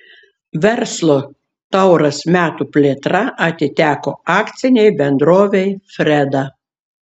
verslo tauras metų plėtra atiteko akcinei bendrovei freda